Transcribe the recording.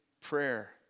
prayer